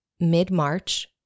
mid-march